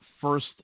first